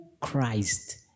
Christ